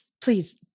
Please